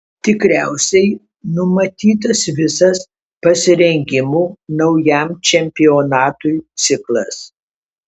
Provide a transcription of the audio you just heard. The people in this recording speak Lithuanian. tikriausiai numatytas visas pasirengimo naujam čempionatui ciklas